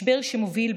משבר שמוביל,